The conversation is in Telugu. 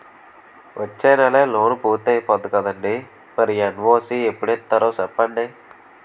వచ్చేనెలే లోన్ పూర్తయిపోద్ది కదండీ మరి ఎన్.ఓ.సి ఎప్పుడు ఇత్తారో సెప్పండి